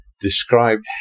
described